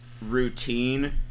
routine